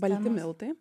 balti miltai